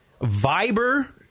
Viber